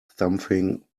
something